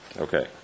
Okay